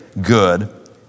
good